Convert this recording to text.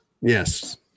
Yes